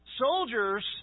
Soldiers